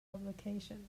publication